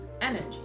energy